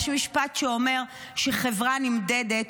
יש משפט שאומר שחברה נמדדת,